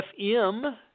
FM